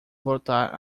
voltar